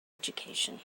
education